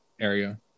area